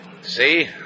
See